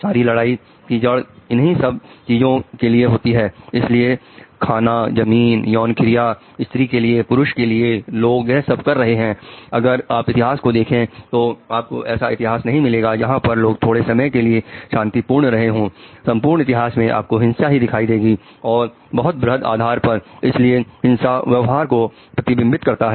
सारी लड़ाई की जड़ इन्हीं सब चीजों के लिए है जिसमें खाना जमीन यौन क्रिया स्त्री के लिए पुरुष के लिए लोग यह सब कर रहे हैं अगर आप इतिहास को देखें तो आपको ऐसा इतिहास नहीं मिलेगा जहां पर लोग थोड़े समय के लिए शांतिपूर्वक रहे हो संपूर्ण इतिहास में आपको हिंसा ही दिखाई देगी और बहुत बृहद आधार पर इसीलिए हिंसा व्यवहार को प्रतिबिंबित करता है